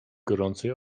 gorącej